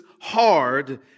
hard